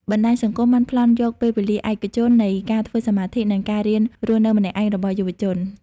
បណ្តាញសង្គមបានប្លន់យក "ពេលវេលាឯកជន" នៃការធ្វើសមាធិ និងការរៀនរស់នៅម្នាក់ឯងរបស់យុវជន។